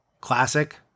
classic